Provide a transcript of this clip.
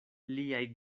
liaj